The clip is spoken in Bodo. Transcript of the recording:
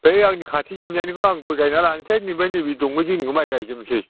बै आंनि खाथि थिंजायनिखौ आं गय गायना लानोसै ओमफ्राय नैबे दौमा जिंनिखौ माइ गायजोबनोसै